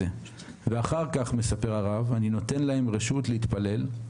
אחר כך אני נותן להם רשות להתפלל.